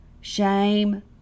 Shame